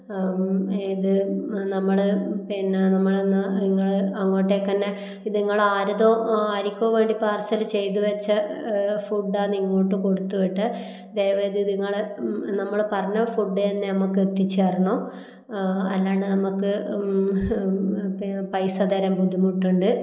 ഇത് നമ്മൾ പിന്നെ നമ്മൾ എന്നാൽ നിങ്ങൾ അങ്ങോട്ടേക്കു തന്നെ ഇത് നിങ്ങൾ ആരതോ ആർക്കോ വേണ്ടി പാഴ്സൽ ചെയ്തു വച്ച ഫുഡ്ഡാണ് ഇങ്ങോട്ട് കൊടുത്തു വിട്ടത് ദയവു ചെയ്ത് നിങ്ങൾ നമ്മൾ പറഞ്ഞ ഫുഡ്ഡ് തന്നെ നമ്മൾക്ക് എത്തിച്ചു തരണം അല്ലാണ്ട് നമ്മൾക്ക് പൈസ തരാൻ ബുദ്ധിമുട്ടുണ്ട്